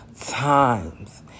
times